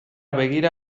begira